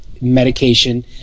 medication